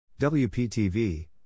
WPTV